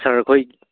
ꯁꯥꯔꯈꯣꯏ